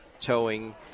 towing